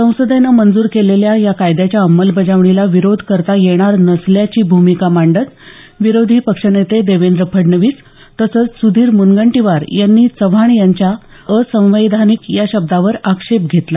संसदेनं मंजूर केलेल्या या कायद्याच्या अंमलबजावणीला विरोध करता येणार नसल्याची भूमिका मांडत विरोधी पक्षनेते देवेंद्र फडणवीस तसंच सुधीर मूनगंटीवार यांनी चव्हाण यांच्या असंवैधानिक या शब्दावर आक्षेप घेतला